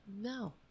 No